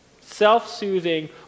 self-soothing